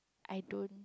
I don't